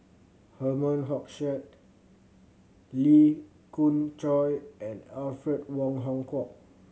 Herman Hochstadt Lee Khoon Choy and Alfred Wong Hong Kwok